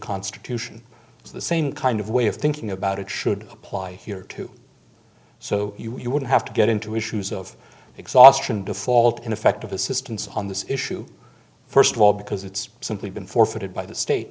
constitution so the same kind of way of thinking about it should apply here too so you wouldn't have to get into issues of exhaustion default ineffective assistance on this issue first of all because it's simply been forfeited by the state